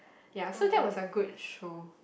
ya so that was a good show